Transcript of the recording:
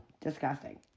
Disgusting